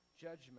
judgment